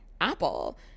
Apple